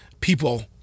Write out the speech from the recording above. people